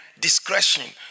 Discretion